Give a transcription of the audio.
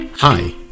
Hi